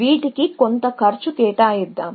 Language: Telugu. వీటికి కొంత కాస్ట్ కేటాయిద్దాం